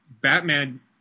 batman